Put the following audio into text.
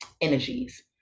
energies